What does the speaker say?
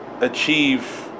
achieve